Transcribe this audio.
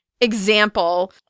example